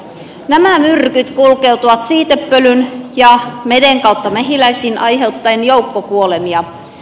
nämä myrkyt kulkeutuvat siitepölyn ja meden kautta mehiläisiin aiheuttaen joukkokuolemia